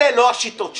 אלה לא השיטות שלי.